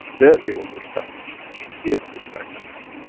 there it was a static. here it's dynamic.